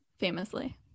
famously